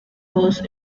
was